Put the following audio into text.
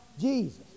Jesus